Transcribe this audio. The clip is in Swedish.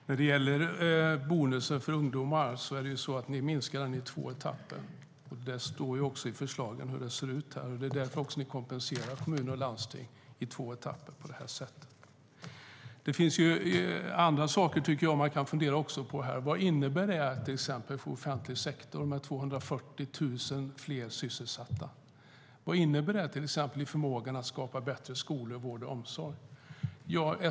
Herr talman! När det gäller bonusen för ungdomar vill ni minska den i två etapper. Det står också i förslagen hur det ser ut, och det är därför ni kompenserar kommuner och landsting i två etapper på det här sättet. Jag tycker att det finns andra saker man kan fundera på. Vad innebär det till exempel för offentlig sektor med 240 000 fler sysselsatta? Vad innebär det för förmågan att skapa bättre skolor, vård och omsorg?